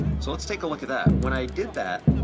so let's take a look at that, when i did that,